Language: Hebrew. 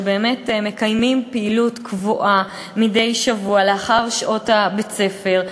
שבאמת מקיימים פעילות קבועה מדי שבוע לאחר שעות בית-הספר,